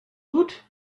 woot